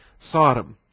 Sodom